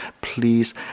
Please